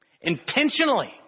intentionally